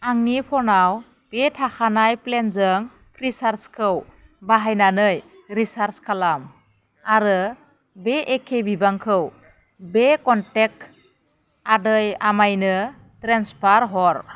आंनि फनाव बे थाखानाय प्लेनजों फ्रिचार्जखौ बाहायनानै रिचार्ज खालाम आरो बे एखे बिबांखौ बे कनटेक्ट आदै आमाइनो ट्रेन्सफार हर